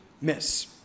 miss